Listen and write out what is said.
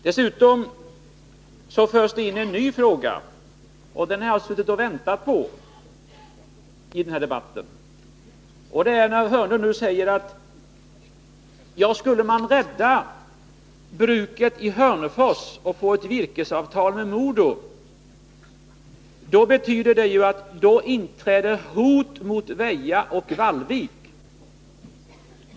Dessutom förs det nu in en ny fråga, och den har jag suttit och väntat på. Börje Hörnlund säger att skulle man rädda bruket i Hörnefors och få ett virkesavtal med MoDo innebär det ett hot mot Väja och Vallvik.